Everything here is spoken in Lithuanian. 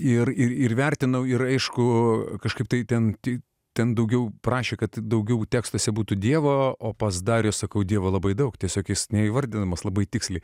ir ir vertinau ir aišku kažkaip tai ten tik ten daugiau prašė kad daugiau tekstuose būtų dievo o pats darė sakau dievo labai daug tiesiog jis neįvardindamas labai tiksliai